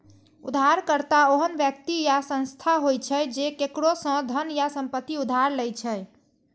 उधारकर्ता ओहन व्यक्ति या संस्था होइ छै, जे केकरो सं धन या संपत्ति उधार लै छै